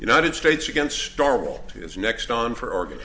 united states against our will is next on for orgon